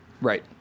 Right